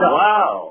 wow